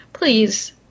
Please